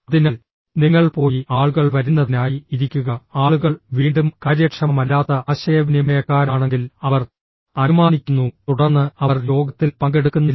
അതിനാൽ നിങ്ങൾ പോയി ആളുകൾ വരുന്നതിനായി ഇരിക്കുക ആളുകൾ വീണ്ടും കാര്യക്ഷമമല്ലാത്ത ആശയവിനിമയക്കാരാണെങ്കിൽ അവർ അനുമാനിക്കുന്നു തുടർന്ന് അവർ യോഗത്തിൽ പങ്കെടുക്കുന്നില്ല